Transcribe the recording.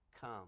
come